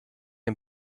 and